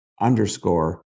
underscore